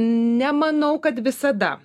nemanau kad visada